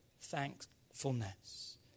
thankfulness